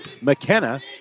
McKenna